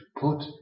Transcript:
put